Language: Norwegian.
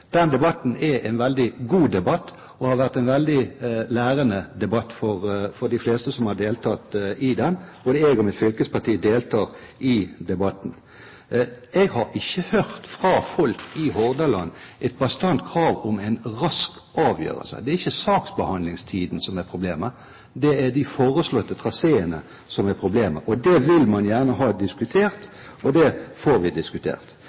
debatten er en veldig god debatt og har vært en veldig lærende debatt for de fleste som har deltatt i den. Både jeg og mitt fylkesparti deltar i debatten. Jeg har ikke hørt et bastant krav fra folk i Hordaland om en rask avgjørelse. Det er ikke saksbehandlingstiden som er problemet. Det er de foreslåtte traseene som er problemet. Det vil man gjerne ha diskutert, og det får vi diskutert.